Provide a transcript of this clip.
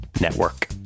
Network